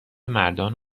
مردان